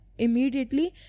immediately